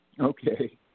Okay